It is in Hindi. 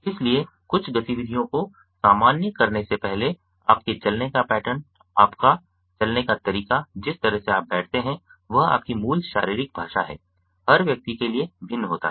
इसलिए कुछ गतिविधियों को सामान्य करने से पहले आपके चलने का पैटर्न आपका चलने का तरीका जिस तरह से आप बैठते हैं वह आपकी मूल शारीरिक भाषा है हर व्यक्ति के लिए भिन्न होता है